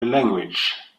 language